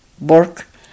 work